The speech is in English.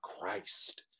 Christ